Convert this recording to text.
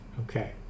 okay